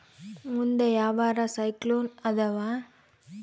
ಮುಂದೆ ಯಾವರ ಸೈಕ್ಲೋನ್ ಅದಾವ?